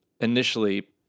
initially